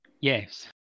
yes